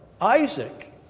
Isaac